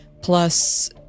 plus